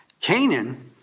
Canaan